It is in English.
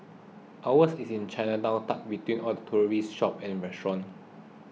ours is in Chinatown tucked between all the touristy shops and restaurants